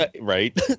Right